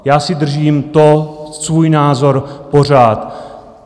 Já si držím to svůj názor pořád.